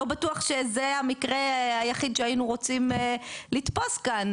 לא בטוח שזה המקרה היחיד שהיינו רוצים לתפוס כאן,